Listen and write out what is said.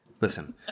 listen